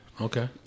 Okay